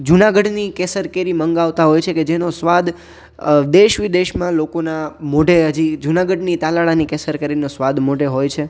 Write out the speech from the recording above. જુનાગઢની કેસર કેરી મંગાવતા હોય છે કે જેનો સ્વાદ દેશ વિદેશમાં લોકોના મોઢે હજી જુનાગઢની તાલાળાની કેસર કેરીનો સ્વાદ મોઢે હોય છે